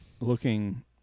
looking